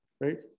right